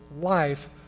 life